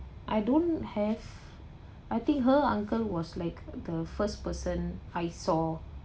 I don't have I think her uncle was like the first person I saw